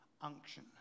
unction